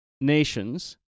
nations